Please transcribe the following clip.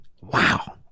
Wow